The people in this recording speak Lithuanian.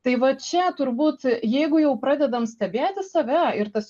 tai va čia turbūt jeigu jau pradedam stebėti save ir tas